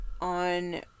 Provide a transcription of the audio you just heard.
on